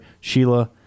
Sheila